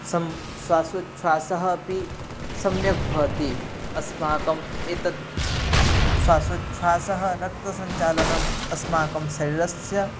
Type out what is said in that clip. सम् श्वासोच्छ्वासः अपि सम्यक्भवति अस्माकम् एतत् श्वासोच्छ्वासः रक्तसञ्चालनम् अस्माकं शरीरस्य